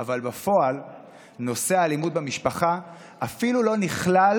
אבל בפועל נושא האלימות במשפחה אפילו לא נכלל